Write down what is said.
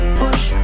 push